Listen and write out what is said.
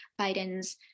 Biden's